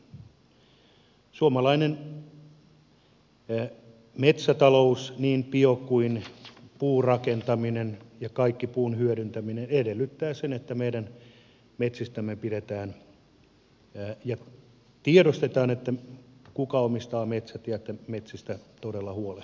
suomalainen metsätalous niin biotalous kuin puurakentaminen ja kaikki puun hyödyntäminen edellyttää sitä että tiedostetaan kuka omistaa metsät ja että metsistä todella huolehditaan